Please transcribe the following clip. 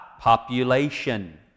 Population